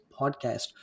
podcast